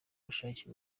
bushake